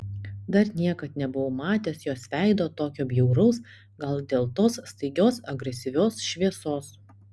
dar niekad nebuvau matęs jos veido tokio bjauraus gal dėl tos staigios agresyvios šviesos